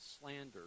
slander